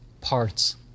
parts